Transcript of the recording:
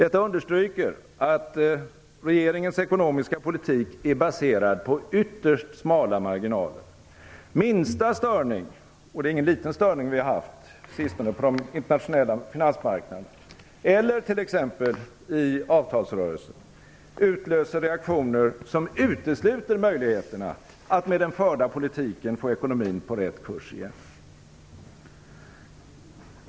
Detta understryker att regeringens ekonomiska politik är baserad på ytterst smala marginaler. Minsta störning - och det är ingen liten störning vi haft - på de internationella finansmarknaderna eller t.ex. i avtalsrörelsen utlöser reaktioner som utesluter möjligheterna att med den förda politiken få ekonomin på rätt kurs igen.